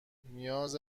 نیاز